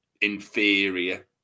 inferior